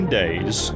days